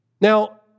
Now